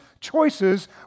choices